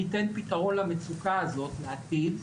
ניתן פתרון למצוקה הזאת לעתיד,